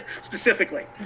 specifically